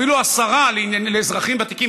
אפילו השרה לאזרחים ותיקים,